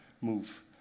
Move